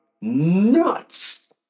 nuts